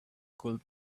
could